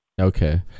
Okay